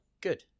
Good